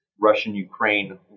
Russian-Ukraine